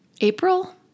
April